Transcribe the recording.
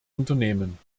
unternehmen